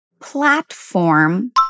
platform